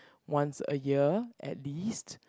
once a year at least